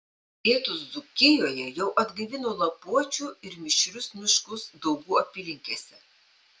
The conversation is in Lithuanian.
lietūs dzūkijoje jau atgaivino lapuočių ir mišrius miškus daugų apylinkėse